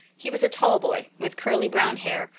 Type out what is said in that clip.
he was a tall boy, with curly brown hair,